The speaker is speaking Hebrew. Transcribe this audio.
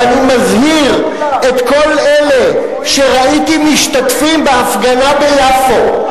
ואני מזהיר את כל אלה שראיתי משתתפים בהפגנה ביפו,